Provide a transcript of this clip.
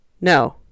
No